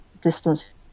distance